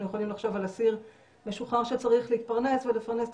יכולים לחשוב על אסיר משוחרר שצריך להתפרנס ולפרנס את